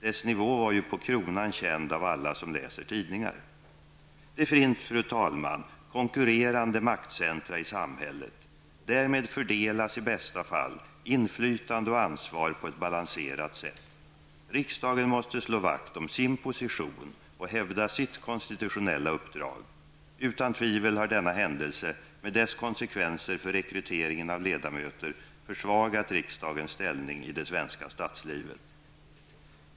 Dess nivå var ju på kronan känd av alla som läser tidningar. Det finns, fru talman, konkurrerande maktcentra i samhället. Därmed fördelas i bästa fall inflytande och ansvar på ett balanserat sätt. Riksdagen måste slå vakt om sin position och hävda sitt konstitutionella uppdrag. Utan tvivel har denna händelse med dess konsekvenser för rekryteringen av ledamöter försvagat riksdagens ställning i det svenska statslivet.